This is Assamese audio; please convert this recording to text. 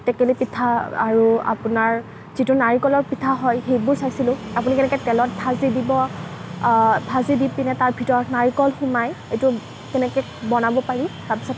টেকেলি পিঠা আৰু আপোনাৰ যিটো নাৰিকলৰ পিঠা হয় সেইবোৰ চাইছিলোঁ আপুনি কেনেকৈ তেলত ভাজি দিব ভাজি দি পিনে তাৰ ভিতৰত নাৰিকল সোমোৱাই এইটো কেনেকৈ বনাব পাৰি তাৰপিছত